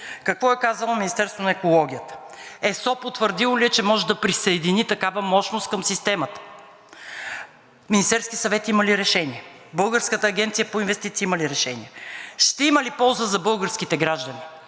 Какво е казало Министерството на екологията? ЕСО потвърдило ли е, че може да присъедини такава мощност към системата? Министерският съвет има ли решение? Българската агенция по инвестиции има ли решение? Ще има ли полза за българските граждани,